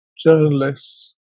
journalists